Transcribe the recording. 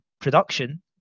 production